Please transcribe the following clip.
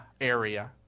area